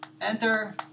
enter